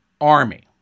Army